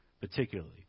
particularly